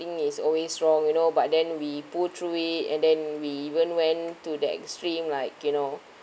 something is always wrong you know but then we pull through it and then we even went to the extreme like you know